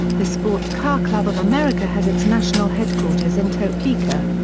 the sports car club of america has its national headquarters in topeka.